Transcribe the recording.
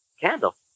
Candle